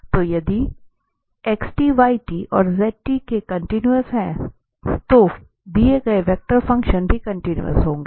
तो यहाँ यदि और ये कन्टीन्यूस हैं तो दिए गए वेक्टर फंक्शन भी कन्टीन्यूसहोंगे